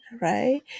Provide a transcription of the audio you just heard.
right